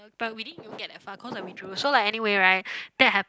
but we didn't even get that far but cause I withdrew so like anyway right that